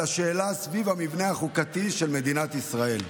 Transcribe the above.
השאלה סביב המבנה החוקתי של מדינת ישראל.